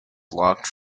blocked